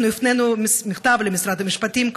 אנחנו הפנינו מכתב למשרד המשפטים,